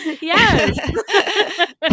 yes